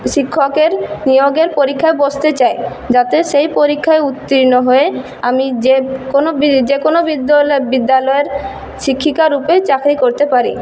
শিক্ষকের নিয়োগের পরীক্ষায় বসতে চাই যাতে সেই পরীক্ষায় উত্তীর্ণ হয়ে আমি যেকোনো বিদ যেকোনো বিদ্যালয় বিদ্যলয়ের শিক্ষিকা রূপে চাকরি করতে পারি